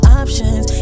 options